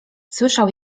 słyszał